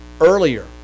earlier